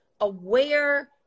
aware